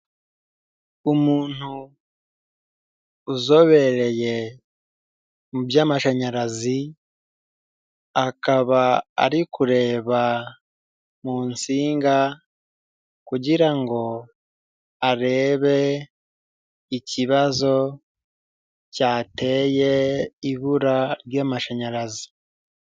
Umuntu, uzobereye, mu by'amashanyarazi, akaba ari kureba, mu nsinga, kugira ngo, arebe, ikibazo, cyateye, ibura ry'amashanyarazi.